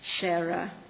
Sarah